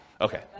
Okay